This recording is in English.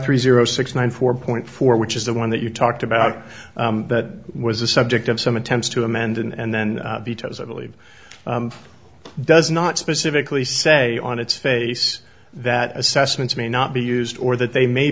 three zero six nine four point four which is the one that you talked about that was the subject of some attempts to amend and then vetoes i believe does not specifically say on its face that assessments may not be used or that they may